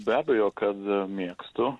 be abejo kad mėgstu